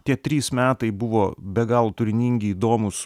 tie trys metai buvo be galo turiningi įdomūs